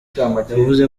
yavuze